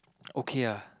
okay ah